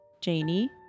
janie